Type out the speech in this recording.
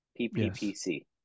PPPC